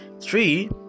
Three